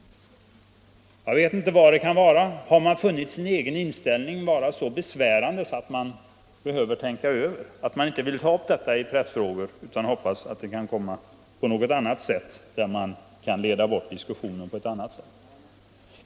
Jag vet inte vad orsaken kan vara. Har man funnit sin egen inställning vara så besvärande att man inte vill ta upp detta ämne i samband med pressfrågorna utan hoppas att det kan komma upp i annat sammanhang, där man har bättre möjligheter att leda bort uppmärksamheten från diskussionen?